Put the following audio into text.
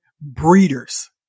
breeders